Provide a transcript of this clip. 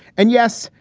and yes,